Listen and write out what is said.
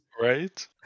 right